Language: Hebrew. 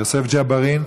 יוסף ג'בארין,